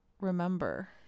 remember